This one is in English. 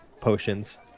potions